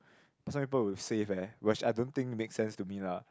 but some people would save eh which I don't think it make sense to me lah